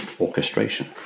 orchestration